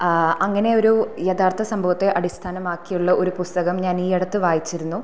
അങ്ങനെ ഒരു യഥാർത്ഥ സംഭവത്തെ അടിസ്ഥാനമാക്കിയുള്ള ഒരു പുസ്തകം ഞാൻ ഈ അടുത്ത് വായിച്ചിരുന്നു